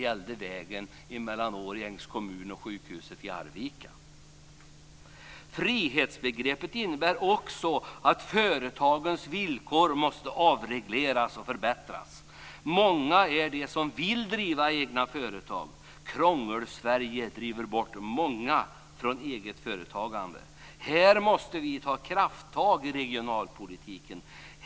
Frihetsbegreppet innebär också att företagens villkor måste avregleras och förbättras. Många är de som vill driva egna företag. Krångelsverige driver bort många från eget företagande. Här måste vi ta krafttag i regionalpolitiken.